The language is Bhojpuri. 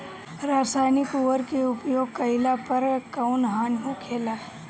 रसायनिक उर्वरक के उपयोग कइला पर कउन हानि होखेला?